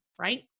right